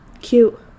Cute